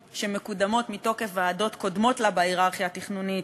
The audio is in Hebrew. שמקודמות מתוקף ועדות קודמות לה בהייררכיה התכנונית,